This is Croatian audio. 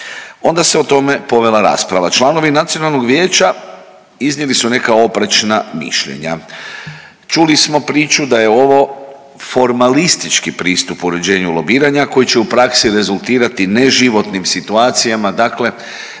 onda se o tome povela rasprava, članovi Nacionalnog vijeća iznijeli su neka oprečna mišljenja. Čuli smo priču da je ovo formalistički pristup uređenju lobiranja koji će u praksi rezultirati ne životnim situacijama, dakle